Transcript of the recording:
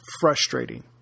frustrating